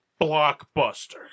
blockbuster